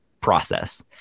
process